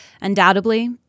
Undoubtedly